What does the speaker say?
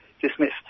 dismissed